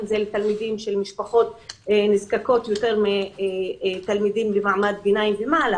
האם לתלמידים ממשפחות נזקקות יותר מתלמידים במעמד ביניים ומעלה?